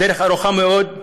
הדרך ארוכה מאוד,